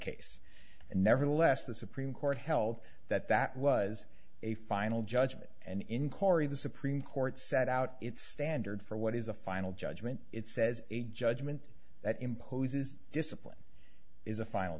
and nevertheless the supreme court held that that was a final judgment and in korea the supreme court set out its standard for what is a final judgment it says a judgment that imposes discipline is a final